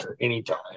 anytime